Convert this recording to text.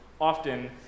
often